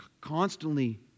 constantly